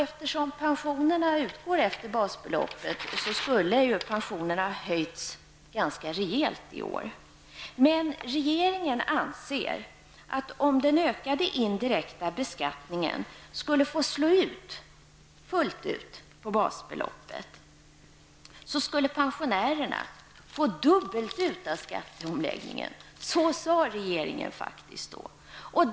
Eftersom pensionerna utgår efter basbeloppet, skulle de ha höjts rejält i år. Men regeringen anser att om den ökade indirekta beskattningen får slå igenom fullt ut på basbeloppet, skulle pensionärerna få ut dubbelt av skatteomläggningen. Så menade faktiskt regeringen.